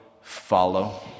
follow